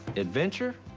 adventure,